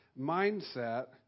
mindset